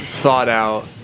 thought-out